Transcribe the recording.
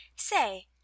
Say